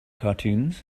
cartoons